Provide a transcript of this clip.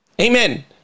amen